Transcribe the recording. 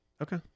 Okay